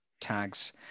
tags